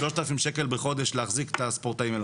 שלושת אלפים שקל בחודש להחזיק את הספורטאים.